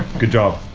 good job